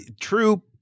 True